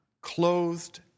clothed